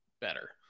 better